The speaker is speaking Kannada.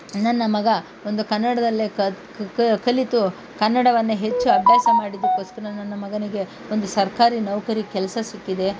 ನನ್ನ ಮಗ ಒಂದು ಕನ್ನಡದಲ್ಲೇ ಕಲಿತು ಕನ್ನಡವನ್ನೇ ಹೆಚ್ಚು ಅಭ್ಯಾಸ ಮಾಡಿದಕ್ಕೋಸ್ಕರ ನನ್ನ ಮಗನಿಗೆ ಒಂದು ಸರ್ಕಾರಿ ನೌಕರಿ ಕೆಲಸ ಸಿಕ್ಕಿದೆ